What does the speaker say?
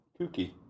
Kooky